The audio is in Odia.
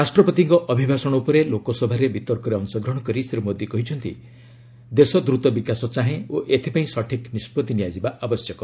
ରାଷ୍ଟ୍ରପତିଙ୍କ ଅଭିଭାଷଣ ଉପରେ ଲୋକସଭାରେ ବିତର୍କରେ ଅଂଶଗ୍ରହଣ କରି ଶ୍ରୀ ମୋଦୀ କହିଛନ୍ତି ଦେଶ ଦ୍ରତ ବିକାଶ ଚାହେଁ ଓ ଏଥିପାଇଁ ସଠିକ୍ ନିଷ୍ପଭି ନିଆଯିବା ଆବଶ୍ୟକ